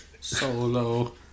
Solo